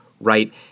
right